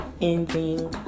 ending